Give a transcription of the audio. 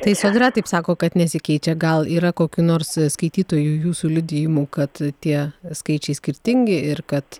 tai sodra taip sako kad nesikeičia gal yra kokių nors skaitytojų jūsų liudijimų kad tie skaičiai skirtingi ir kad